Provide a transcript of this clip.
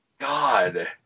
God